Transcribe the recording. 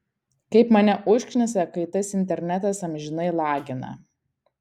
kaip mane užknisa kai tas internetas amžinai lagina